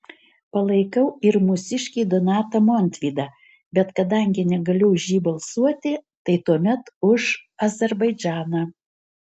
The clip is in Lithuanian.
palaikau ir mūsiškį donatą montvydą bet kadangi negaliu už jį balsuoti tai tuomet už azerbaidžaną